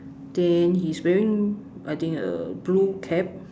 then he's wearing I think a blue cap